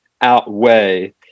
outweigh